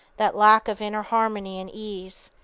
that lack of inner harmony and ease,